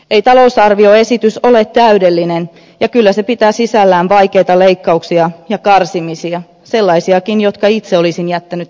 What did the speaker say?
ei talousarvioesitys ole täydellinen ja kyllä se pitää sisällään vaikeita leikkauksia ja karsimisia sellaisiakin jotka itse olisin jättänyt tekemättä